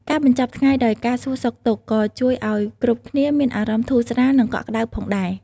ការបញ្ចប់ថ្ងៃដោយការសួរសុខទុក្ខ ក៏ជួយឲ្យគ្រប់គ្នាមានអារម្មណ៍ធូរស្រាល និងកក់ក្ដៅផងដែរ។